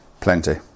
Plenty